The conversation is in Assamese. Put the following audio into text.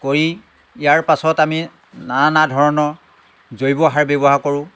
কৰি ইয়াৰ পাছত আমি নানা ধৰণৰ জৈৱ সাৰ ব্যৱহাৰ কৰোঁ